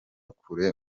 kure